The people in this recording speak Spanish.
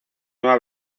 nueva